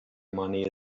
money